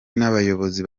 n’abayobozi